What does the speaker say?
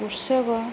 କୃଷକ